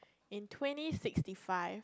in twenty sixty five